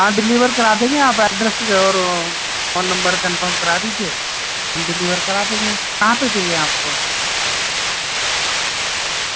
ہاں ڈلیور کرا دیں گے آپ ایڈریس اور فون نمبر کنفرم کرا دیجیے ہم ڈلیور کرا دیں گے کہاں پہ چاہیے آپ کو